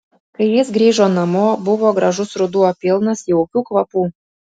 kai jis grįžo namo buvo gražus ruduo pilnas jaukių kvapų